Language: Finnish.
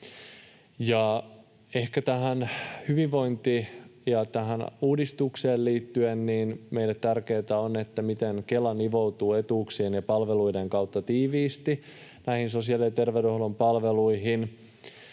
Tähän hyvinvointiin ja tähän uudistukseen liittyen meille on tärkeätä, miten Kela nivoutuu etuuksien ja palveluiden kautta tiiviisti näihin sosiaali- ja terveydenhuollon palveluihin,